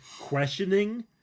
questioning